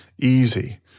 easy